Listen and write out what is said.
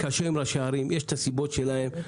לראשי הערים יש את הסיבות שלהם,